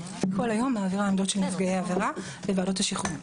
היא כל היום מעבירה עמדות של נפגעי עבירה לוועדות השחרורים.